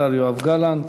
השר יואב גלנט.